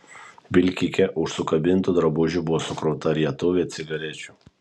vilkike už sukabintų drabužių buvo sukrauta rietuvė cigarečių